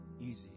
easy